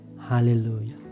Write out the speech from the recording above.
Hallelujah